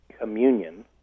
communion